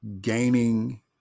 gaining